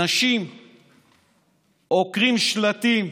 אנשים עוקרים שלטים,